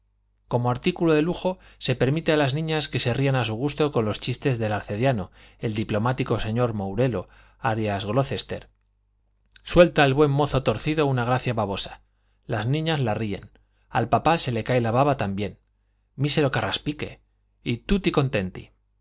como artículo de lujo se permite a las niñas que se rían a su gusto con los chistes del arcediano el diplomático señor mourelo alias glocester suelta el buen mozo torcido una gracia babosa las niñas la ríen al papá se le cae la baba también mísero carraspique y tutti contenti